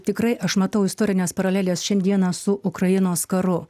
tikrai aš matau istorines paraleles šiandieną su ukrainos karu